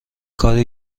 کاری